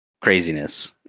craziness